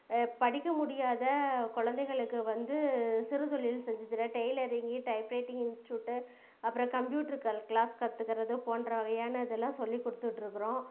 படிக்க முடியாத குழந்தைகளுக்கு வந்து சிறு தொழில் செஞ்சு தர டெய்லரிங்கு டைப் ரைட்டிங் இன்ஸ்டியூட்டு அப்புறம் கம்ப்யூட்டரு கல் கிளாஸ் கத்துக்கிறது போன்ற வகையான இதெல்லாம் சொல்லி கொடுத்துட்ருக்கறோம்